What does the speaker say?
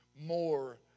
more